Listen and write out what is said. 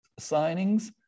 signings